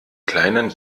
kleinen